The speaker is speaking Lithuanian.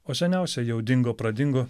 o seniausia jau dingo pradingo